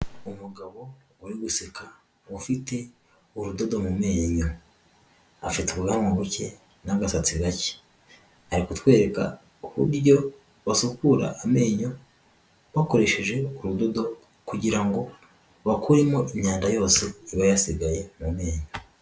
Umugabo uri guseka ufite urudodo mu menyo, afite ubwanwa buke n'agasatsi gake, ari kutwereka uburyo basukura amenyo bakoresheje urudodo kugira ngo bakuremo imyanda yose iba yasigaye mu menyo.